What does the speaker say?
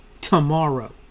tomorrow